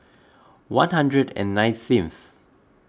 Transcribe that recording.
one hundred and nineteenth